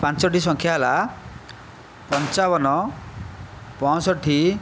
ପାଞ୍ଚଟି ସଂଖ୍ୟା ହେଲା ପଞ୍ଚାବନ ପଞ୍ଚଷଠି